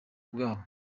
bwabo